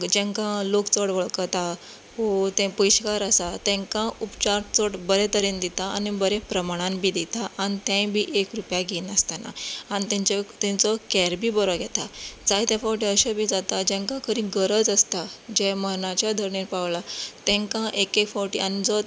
जांकां लोक चड वळखता वा ते पयशेकार आसात तांकां उपचार चड बरे तरेन दिता आनी बऱ्या प्रमाणान बी दिता आनी तेवूय बी एक रुपया घेनासतना आनी तांचो तांचो कॅर बी बरो घेतात जायते फावटी अशें बी जाता जांकां खरी गरज आसता जे मरणाच्या धर्नेर पावल्या तांकां एक एक फावटी आनी जो